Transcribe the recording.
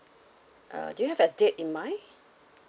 uh do you have a date in mind